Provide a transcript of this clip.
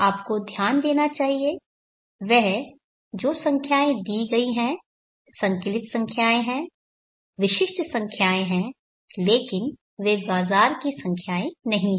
आपको ध्यान देना चाहिए वह जो संख्याएं दी गई है संकलित संख्याएं हैं विशिष्ट संख्याएं हैं लेकिन वे बाज़ार की संख्याएं नहीं हैं